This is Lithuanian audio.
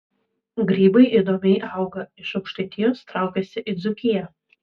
grybai įdomiai auga iš aukštaitijos traukiasi į dzūkiją